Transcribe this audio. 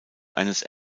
eines